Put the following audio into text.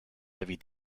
heavy